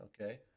Okay